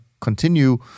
continue